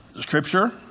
scripture